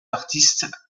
artistes